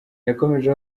yakomeje